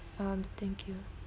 mm thank you